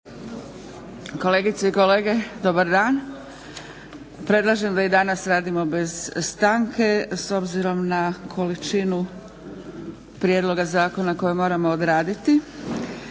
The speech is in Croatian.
Dragica (SDP)** Dobar dan. Predlažem da i danas radimo bez stanke s obzirom na količinu prijedloga zakona koje moramo odraditi.